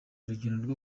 urugendo